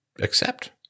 accept